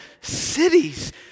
cities